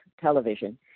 television